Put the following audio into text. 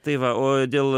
tai va o dėl